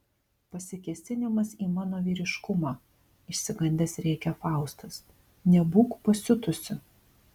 pasikėsinimas į mano vyriškumą išsigandęs rėkia faustas nebūk pasiutusi